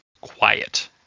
quiet